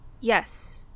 Yes